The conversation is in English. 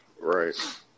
right